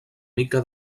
mica